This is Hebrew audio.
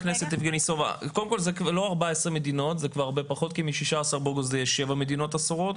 זה כבר לא 14 מדינות כי יש 7 מדינות אסורות.